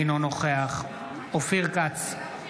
אינו נוכח אופיר כץ,